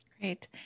Great